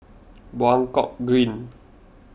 Buangkok Green